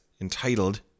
entitled